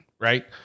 right